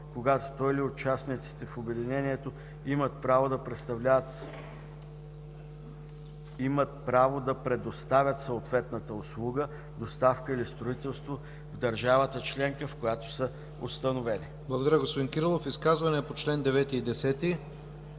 когато той или участниците в обединението имат право да предоставят съответната услуга, доставка или строителство в държавата членка, в която са установени.” ПРЕДСЕДАТЕЛ ИВАН К. ИВАНОВ: Изказвания по чл. 9 и чл.